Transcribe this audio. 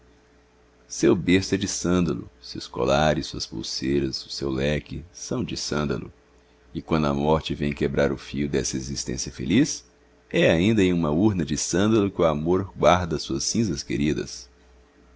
seu berço é de sândalo seus colares suas pulseiras o seu leque são de sândalo e quando a morte vem quebrar o fio dessa existência feliz é ainda em uma urna de sândalo que o amor guarda as suas cinzas queridas